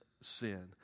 sin